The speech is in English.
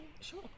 sure